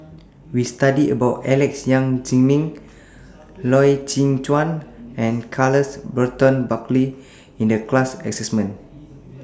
We studied about Alex Yam Ziming Loy Chye Chuan and Charles Burton Buckley in The class assignment